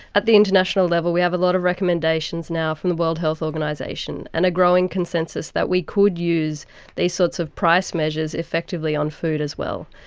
at the international level we have a lot of recommendations now from the world health organisation and a growing consensus that we could use these sorts of price measures effectively on food as well,